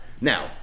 Now